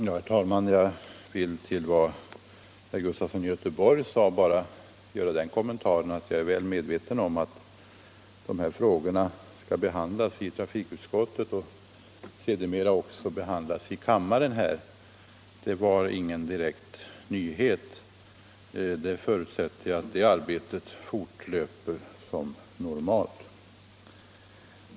Herr talman! Jag vill till vad herr Sven Gustafson i Göteborg sade bara göra den kommentaren att jag är väl medveten om att dessa frågor skall behandlas av trafikutskottet och sedermera även av kammaren. Det var ingen direkt nyhet. Jag förutsätter att det arbetet fortsätter normalt.